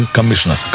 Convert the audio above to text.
Commissioner